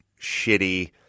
shitty